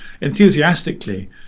enthusiastically